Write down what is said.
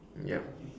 yup